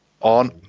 On